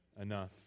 enough